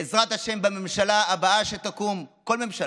בעזרת השם, בממשלה הבאה שתקום, כל ממשלה,